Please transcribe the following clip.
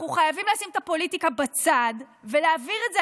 אנחנו חייבים לשים את הפוליטיקה בצד ולהעביר את זה.